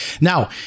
Now